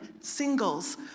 singles